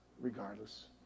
regardless